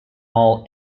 all